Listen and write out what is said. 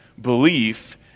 belief